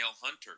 Hunter